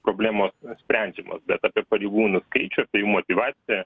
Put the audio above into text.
problemos sprendžiamos bet apie pareigūnų skaičių apie motyvaciją